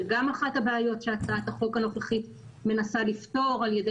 זה גם אחת הבעיות שהצעת החוק הנוכחית מנסה לפתור על ידי